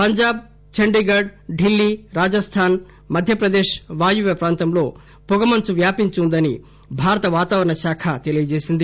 పంజాబ్ చంఢీగఢ్ ఢిల్లీ రాజస్దాన్ మధ్యప్రదేశ్ వాయువ్య ప్రాంతంలో పొగమంచు వ్యాపించి ఉందని భారత వాతావరణ శాఖ తెలియజేసింది